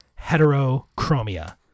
Heterochromia